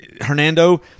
Hernando